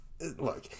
look